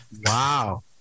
Wow